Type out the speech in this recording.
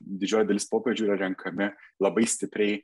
didžioji dalis popiežių yra renkami labai stipriai